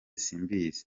simbizi